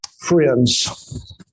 Friends